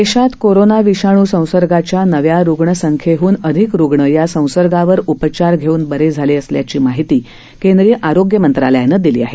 देशात कोरोना विषाणू संसर्गाच्या नव्या रुग्ण संख्येहन अधिक रुग्ण या संसर्गावर उपचार घेऊन बरे झाले असल्याची माहिती केंद्रीय आरोग्य मंत्रालायनं दिली आहे